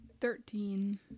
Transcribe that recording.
Thirteen